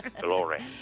Glory